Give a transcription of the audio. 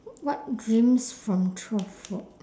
what dreams from childhood